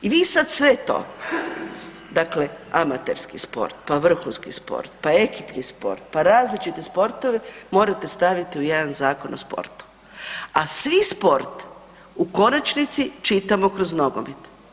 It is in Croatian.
I vi sad sve to dakle amaterski sport, pa vrhunski sport, pa ekipni sport, pa različite sportove morate staviti u jedan zakon o sportu, a svi sport u konačnici čitamo kroz nogomet.